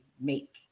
make